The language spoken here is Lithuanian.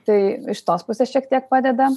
tai iš tos pusės šiek tiek padeda